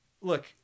Look